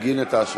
חשוב לנו לשמוע,